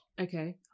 Okay